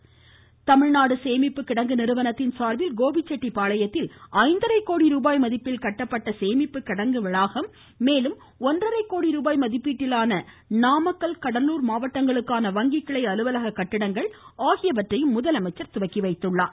இதுதவிர தமிழ்நாடு சேமிப்பு கிடங்கு நிறுவனத்தின் சார்பில்கோபிச்செட்டி பாளையத்தில் ஐந்தரை கோடி ரூபாய் மதிப்பில் கட்டப்பட்ட சேமிப்பு கிடங்கு வளாகம் மேலும் ஒன்றரை கோடி ரூபாய் மதிப்பீட்டிலான நாமக்கல் மற்றும் கடலூர் மாவட்டங்களுக்கான வங்கி கிளை அலுவலக கட்டிடங்கள் ஆகியவற்றையும் முதலமமைச்சர் துவக்கிவைத்தார்